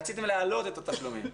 רציתם להעלות את התשלומים.